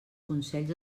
consells